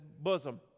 bosom